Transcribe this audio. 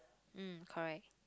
mm correct